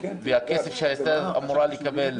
והכסף שהליכוד היה אמור לקבל